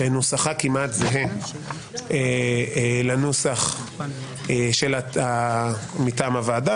שנוסחה כמעט זהה לנוסח מטעם הוועדה,